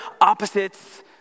opposites